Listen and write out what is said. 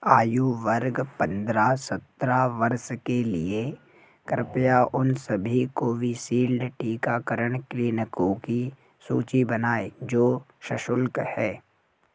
आयु वर्ग पंद्रह सत्रह वर्ष के लिए कृपया उन सभी कोविशील्ड टीकाकरण क्लीनिकों की सूची बनाएँ जो सशुल्क हैं